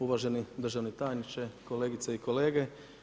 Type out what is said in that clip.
Uvaženi državni tajniče, kolegice i kolege.